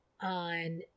on